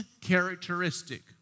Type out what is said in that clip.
characteristic